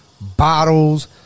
bottles